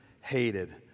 hated